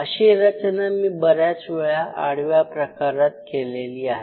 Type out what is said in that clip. अशी रचना मी बऱ्याच वेळ आडव्या प्रकारात केलेली आहे